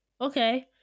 okay